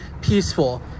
peaceful